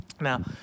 Now